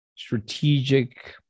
strategic